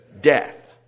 Death